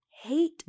hate